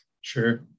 sure